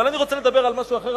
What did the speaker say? אבל אני רוצה לדבר על משהו אחר,